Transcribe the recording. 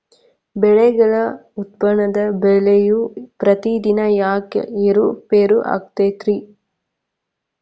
ಬೆಳೆಗಳ ಉತ್ಪನ್ನದ ಬೆಲೆಯು ಪ್ರತಿದಿನ ಯಾಕ ಏರು ಪೇರು ಆಗುತ್ತೈತರೇ?